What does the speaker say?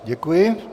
Děkuji.